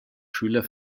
schüler